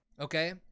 okay